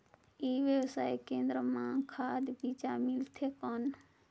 ई व्यवसाय केंद्र मां खाद बीजा मिलथे कौन?